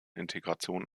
integration